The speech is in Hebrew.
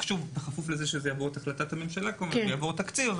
בכפוף לזה שזה יעבור את החלטת הממשלה ויעבור תקציב,